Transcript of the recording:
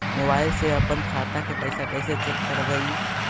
Mobile से अपन खाता के पैसा कैसे चेक करबई?